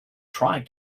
trying